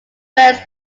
bursts